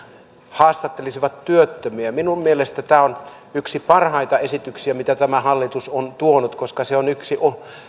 haastattelisivat työttömiä minun mielestäni tämä on yksi parhaita esityksiä mitä tämä hallitus on tuonut koska se on yksi